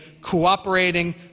cooperating